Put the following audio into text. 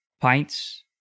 pints